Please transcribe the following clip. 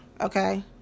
Okay